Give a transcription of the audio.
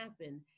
happen